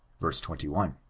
verse twenty one.